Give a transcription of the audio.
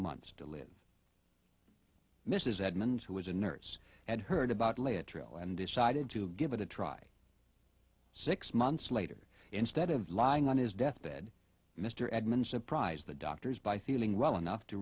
months to live mrs edmonds who was a nurse had heard about lay a trail and decided to give it a try six months later instead of lying on his deathbed mr edmund surprised the doctors by feeling well enough to